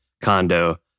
condo